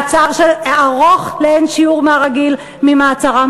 מעצר ארוך לאין שיעור מהרגיל במעצרם